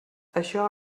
això